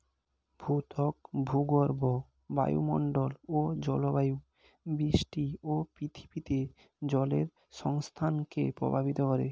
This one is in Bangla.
ভূত্বক, ভূগর্ভ, বায়ুমন্ডল ও জলবায়ু বৃষ্টি ও পৃথিবীতে জলের সংস্থানকে প্রভাবিত করে